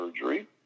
surgery